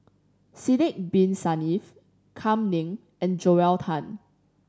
Sidek Bin Saniff Kam Ning and Joel Tan